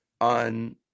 on